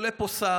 עולה פה שר,